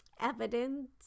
evidence